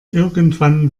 irgendwann